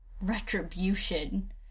retribution